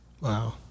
Wow